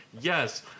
yes